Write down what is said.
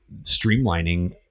streamlining